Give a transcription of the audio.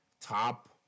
top